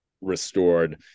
restored